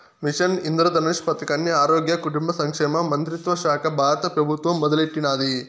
machine Indradhanush పదకాన్ని ఆరోగ్య, కుటుంబ సంక్షేమ మంత్రిత్వశాక బారత పెబుత్వం మొదలెట్టినాది